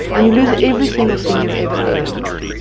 and you lose every single thing you've ever owned.